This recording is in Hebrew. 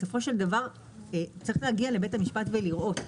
בסופו של דבר, צריך להגיע לבית המשפט ולראות.